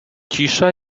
cisza